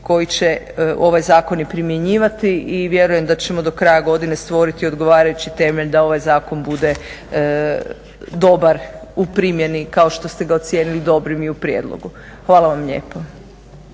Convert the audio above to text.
koji će ovaj zakon i primjenjivati i vjerujem da ćemo do kraja godine stvoriti odgovarajući temelj da ovaj zakon bude dobar u primjeni, kao što ste ga ocijenili dobrim i u prijedlogu. Hvala vam lijepo.